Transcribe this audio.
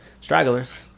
stragglers